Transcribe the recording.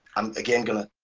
i'm again going